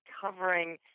covering